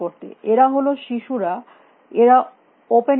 এরা হল শিশুরা এরা ওপেন এ থাকবে